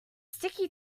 sticky